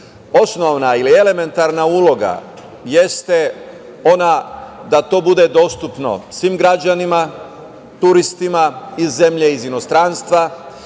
Osnovna i elementarna uloga jeste ona da to bude dostupno svim građanima, turistima iz zemlje i inostranstva